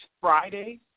Friday